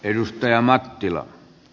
arvoisa puhemies